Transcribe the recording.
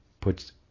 puts